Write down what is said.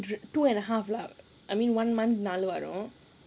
no lah I mean t~ two and a half lah I mean one month நாலு வாரம்:naalu vaaram